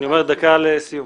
דקה לסיום.